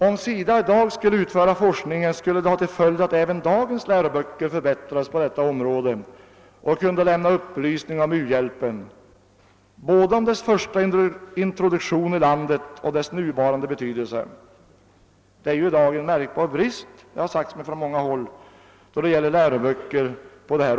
En forskning bedriven av SIDA skulle kunna leda till att de läroböcker vi i dag har om detta ämne förbättrades, så att det lämnades upplysning både om introduktionen av u-hjälpen och om dess nuvarande betydelse i vårt land. Det finns i dag en märkbar brist på upplysningar på detta område i läroböckerna.